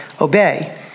obey